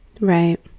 Right